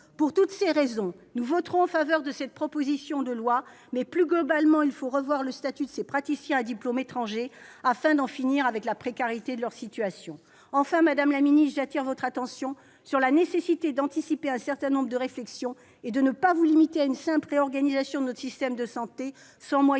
Pour toutes ces raisons, nous voterons en faveur de cette proposition de loi. Mais, plus globalement, il faut revoir le statut de ces praticiens à diplôme étranger afin d'en finir avec la précarité de leur situation. Enfin, madame la secrétaire d'État, j'attire votre attention sur la nécessité d'anticiper un certain nombre de réflexions et de ne pas vous limiter à une simple réorganisation de notre système de santé sans moyens